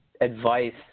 advice